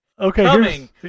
Okay